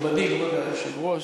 מכובדי היושב-ראש,